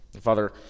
Father